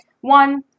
One